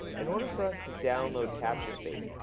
in order for us to download capturespace,